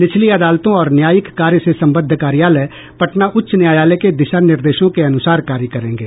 निचली अदालतों और न्यायिक कार्य से संबद्ध कार्यालय पटना उच्च न्यायालय के दिशा निर्देशों के अनुसार कार्य करेंगे